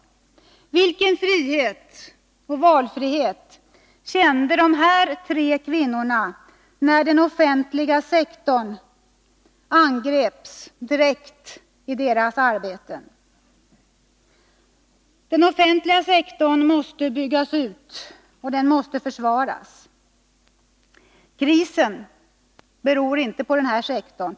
Vilken frihet och vilken valfrihet kände dessa tre kvinnor när den offentliga sektorn angreps direkt i deras arbeten? Den offentliga sektorn måste byggas ut och försvaras. Krisen beror inte på denna sektor.